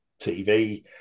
TV